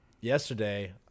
yesterday